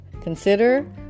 consider